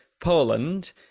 Poland